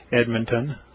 Edmonton